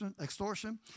extortion